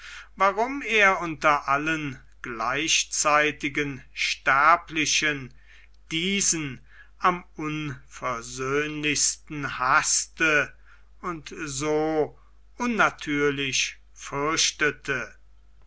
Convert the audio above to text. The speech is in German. warum er unter allen gleichzeitigen sterblichen diesen am unversöhnlichsten haßte und so unnatürlich